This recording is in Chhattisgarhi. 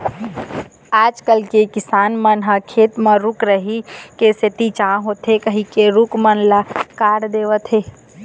आजकल के किसान मन ह खेत म रूख राई के सेती छांव होथे कहिके रूख मन ल काट देवत हें